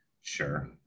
Sure